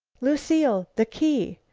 lucile, the key!